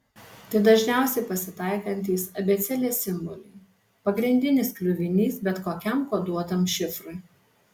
tai dažniausiai pasitaikantys abėcėlės simboliai pagrindinis kliuvinys bet kokiam koduotam šifrui